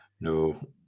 No